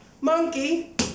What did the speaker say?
Monkey